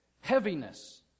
Heaviness